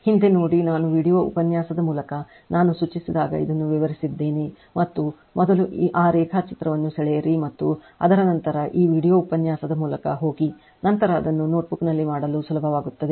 ಹಿಂದೆ ನೋಡಿ ನಾನು ವೀಡಿಯೊ ಉಪನ್ಯಾಸದ ಮೂಲಕ ನಾನು ಸೂಚಿಸಿದಾಗ ಇದನ್ನು ವಿವರಿಸಿದ್ದೇನೆ ಮತ್ತು ಮೊದಲು ಆ ರೇಖಾಚಿತ್ರವನ್ನು ಸೆಳೆಯಿರಿ ಮತ್ತು ಅದರ ನಂತರ ಈ ವೀಡಿಯೊ ಉಪನ್ಯಾಸದ ಮೂಲಕ ಹೋಗಿ ನಂತರ ಅದನ್ನು ನೋಟ್ಬುಕ್ನಲ್ಲಿ ಮಾಡಲು ಸುಲಭವಾಗುತ್ತದೆ